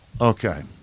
Okay